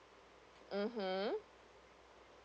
(uh huh)